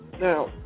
Now